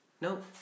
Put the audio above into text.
nope